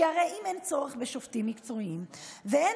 כי הרי אם אין צורך בשופטים מקצועיים ואין